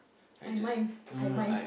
I mind I mind